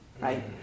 right